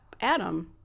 Adam